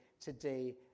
today